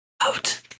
out